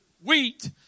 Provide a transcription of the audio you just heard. Wheat